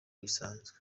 bisanzwe